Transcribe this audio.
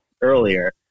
earlier